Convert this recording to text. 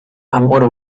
amor